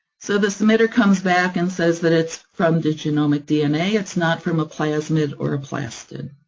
so the submitter comes back and says that it's from the genomic dna, it's not from a plasmid or a plastid.